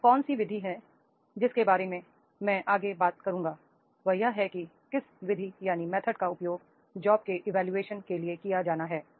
वह कौन सी विधि है जिसके बारे में मैं आगे बात करूंगा वह यह है कि किस विधि का उपयोग जॉब के इवोल्यूशन के लिए किया जाना है